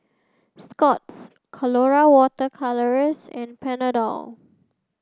Scott's Colora water colours and Panadol